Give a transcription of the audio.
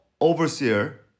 overseer